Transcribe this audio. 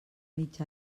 mig